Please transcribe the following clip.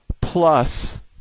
plus